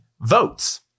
votes